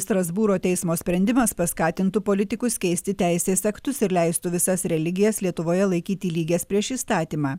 strasbūro teismo sprendimas paskatintų politikus keisti teisės aktus ir leistų visas religijas lietuvoje laikyti lygias prieš įstatymą